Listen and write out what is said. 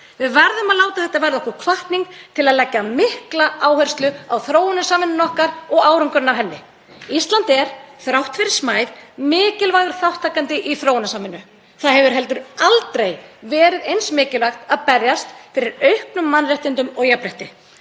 Við verðum að láta þetta verða okkur hvatning til að leggja mikla áherslu á þróunarsamvinnu okkar og árangurinn af henni. Ísland er þrátt fyrir smæð mikilvægur þátttakandi í þróunarsamvinnu. Það hefur heldur aldrei verið eins mikilvægt að berjast fyrir auknum mannréttindum og jafnrétti.